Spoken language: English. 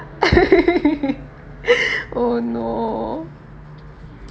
oh no